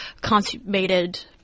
consummated